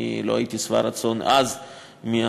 אני לא הייתי שבע רצון אז מהתיקון.